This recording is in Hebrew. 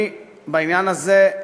אני, בעניין הזה,